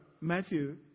Matthew